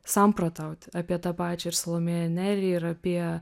samprotauti apie tą pačią ir salomėją nėrį ir apie